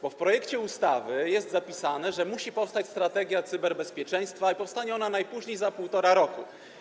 Bo w projekcie ustawy jest zapisane, że musi powstać strategia cyberbezpieczeństwa i powstanie ona najpóźniej za 1,5 roku.